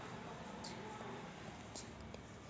ऊसात कोनकोनची किड येते?